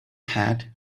hat